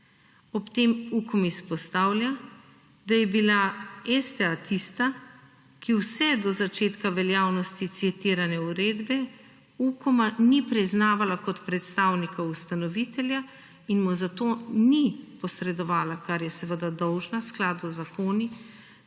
Ob tem UKOM izpostavlja, da je bila STA tista, ki vse do začetka veljavnosti citiranja uredbe UKOM-a ni priznavala kot predstavnika ustanovitelja in mu zato ni posredovala kar je seveda dolžna v skladu z zakoni